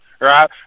right